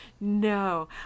No